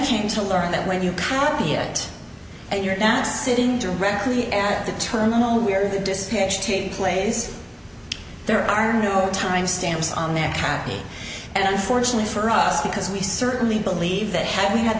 came to learn that when you copy it and you're not sitting directly at the terminal where the dispatch team plays there are no timestamps on that crappy and unfortunate for us because we certainly believe that had we had